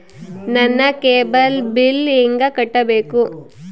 ನನ್ನ cable bill ಹೆಂಗ ಕಟ್ಟಬೇಕು?